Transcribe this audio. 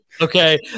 Okay